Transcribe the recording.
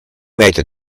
meter